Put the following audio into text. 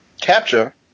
Capture